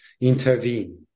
intervene